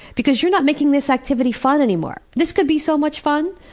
because you're not making this activity fun anymore. this could be so much fun.